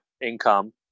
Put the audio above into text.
income